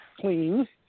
clean